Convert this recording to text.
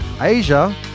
Asia